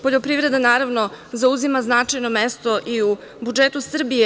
Poljoprivreda, naravno, zauzima značajno mesto i u budžetu Srbije.